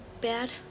bad